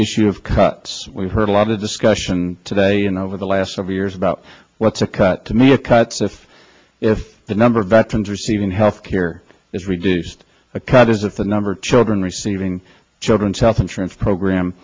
issue of cuts we've heard a lot of discussion today and over the last five years about what to cut to me it cuts if if the number of veterans receiving health care is reduced a card is if the number of children receiving children's health insurance program